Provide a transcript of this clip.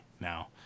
now